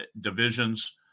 divisions